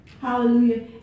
Hallelujah